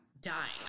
dying